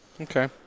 Okay